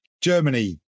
Germany